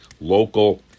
local